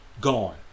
gone